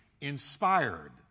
inspired